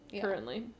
currently